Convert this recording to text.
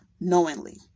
knowingly